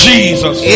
Jesus